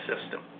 system